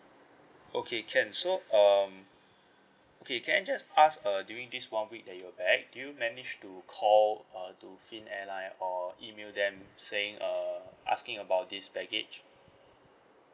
okay can so um okay can I just ask uh during this one week that you're back do you managed to call uh to finn airline or email them saying err asking about this baggage